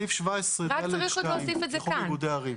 סעיף 17ד2 לחוק איגודי ערים.